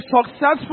successful